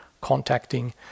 contacting